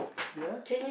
ya